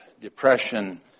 Depression